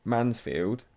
Mansfield